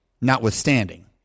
notwithstanding